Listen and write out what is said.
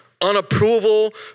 unapproval